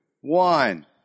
One